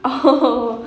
oh